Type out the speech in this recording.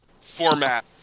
format